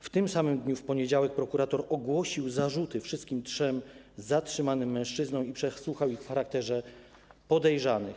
W tym samym dniu, w poniedziałek, prokurator ogłosił zarzuty wszystkim trzem zatrzymanym mężczyznom i przesłuchał ich w charakterze podejrzanych.